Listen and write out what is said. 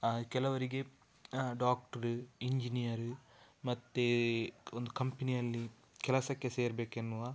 ಕೆಲವರಿಗೆ doctor engineer ಮತ್ತು ಒಂದು ಕಂಪೆನಿಯಲ್ಲಿ ಕೆಲಸಕ್ಕೆ ಸೇರಬೇಕೆನ್ನುವ